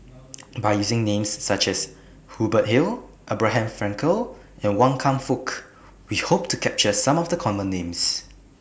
By using Names such as Hubert Hill Abraham Frankel and Wan Kam Fook We Hope to capture Some of The Common Names